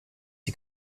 die